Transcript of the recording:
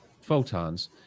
photons